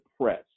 press